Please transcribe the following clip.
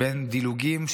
בין דילוגים,